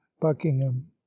buckingham